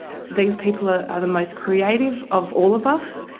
these people are are the most creative of all of us,